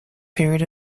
period